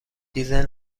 دیزل